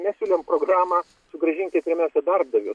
mes siūlėm programą sugrąžinkit pirmiausia darbdavius